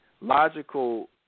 logical